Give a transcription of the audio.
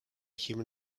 human